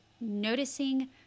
noticing